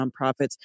nonprofits